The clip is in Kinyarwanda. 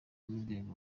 murwego